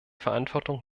verantwortung